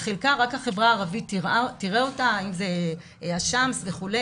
חלקה רק החברה הערבית תראה, אם זה א-שמס וכו',